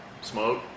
smoke